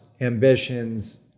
ambitions